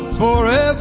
forever